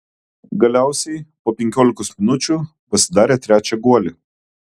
galiausiai po penkiolikos minučių pasidarė trečią guolį